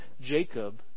Jacob